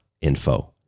info